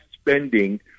spending